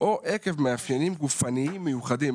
או עקב מאפיינים גופניים מיוחדים.